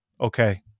Okay